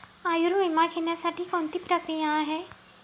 आयुर्विमा घेण्यासाठी कोणती प्रक्रिया आहे?